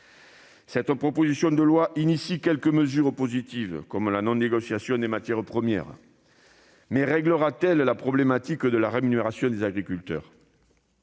Cette proposition de loi comporte quelques mesures positives, comme la non-négociation du prix des matières premières. Règlera-t-elle pour autant la problématique de la rémunération des agriculteurs ?